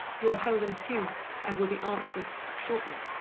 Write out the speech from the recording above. you are held in a queue and will be answered shortly.